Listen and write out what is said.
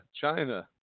China